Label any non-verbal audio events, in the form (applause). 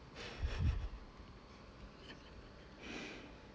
(laughs)